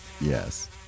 yes